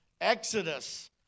Exodus